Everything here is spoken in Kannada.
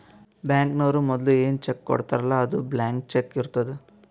ಬ್ಯಾಂಕ್ನವ್ರು ಮದುಲ ಏನ್ ಚೆಕ್ ಕೊಡ್ತಾರ್ಲ್ಲಾ ಅದು ಬ್ಲ್ಯಾಂಕ್ ಚಕ್ಕೇ ಇರ್ತುದ್